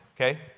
okay